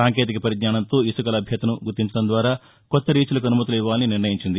సాంకేతిక పరిజ్ఞానంతో ఇసుక లభ్యతను గుర్తించడం ద్వారా కొత్త రీచ్లకు అనుమతులు ఇవ్వాలని నిర్ణయించింది